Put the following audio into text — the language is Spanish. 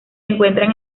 encuentran